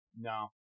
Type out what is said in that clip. No